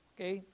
Okay